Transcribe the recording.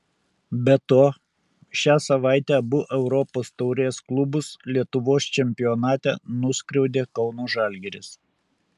be to šią savaitę abu europos taurės klubus lietuvos čempionate nuskriaudė kauno žalgiris